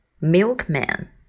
Milkman